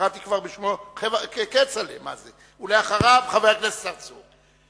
קראתי כבר בשמו, כצל'ה, ואחריו, חבר הכנסת צרצור.